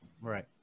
Right